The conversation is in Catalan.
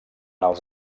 els